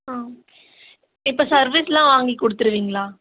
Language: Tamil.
ஆ இப்போ சர்வீஸுலாம் வாங்கிக் கொடுத்துருவீங்களா